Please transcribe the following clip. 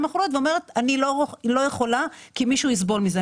האחוריות ואומרת שהיא לא יכולה כי מישהו יסבול מזה?